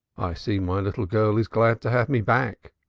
i see my little girl is glad to have me back.